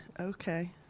Okay